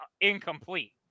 incomplete